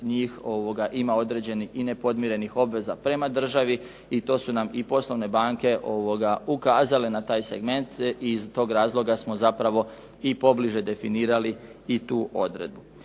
njih ima određenih i nepodmirenih obveza prema državi i to su nam i poslovne banke ukazale na taj segment i iz tog razloga smo zapravo i pobliže definirali i tu odredbu.